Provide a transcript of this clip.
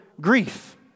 grief